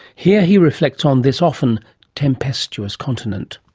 here he reflects on this often tempestuous continent.